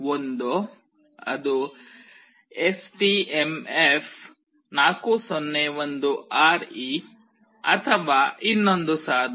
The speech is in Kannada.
ಒಂದೋ ಅದು STMF401RE ಅಥವಾ ಇನ್ನೊಂದು ಸಾಧನ